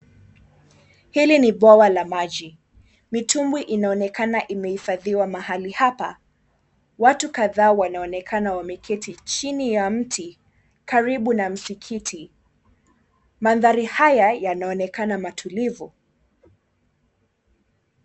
Hili ni bwawa la maji. Mitumbwi inaonekana imehifadhiwa mahali hapa. Watu kadhaa wanaonekana wameketi chini ya msikiti karibu na mti. Mandhari haya yanaonekana matulivu.